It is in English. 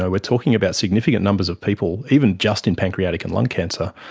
ah we're talking about significant numbers of people, even just in pancreatic and lung cancer,